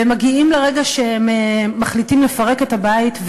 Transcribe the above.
והם מגיעים לרגע שהם מחליטים לפרק את הבית,